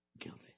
guilty